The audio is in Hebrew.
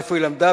איפה היא למדה,